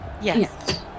yes